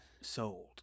sold